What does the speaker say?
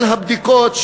כל הבדיקות,